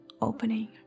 opening